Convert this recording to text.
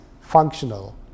functional